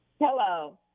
Hello